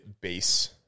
base